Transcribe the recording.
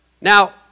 Now